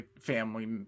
family